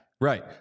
Right